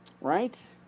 Right